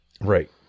Right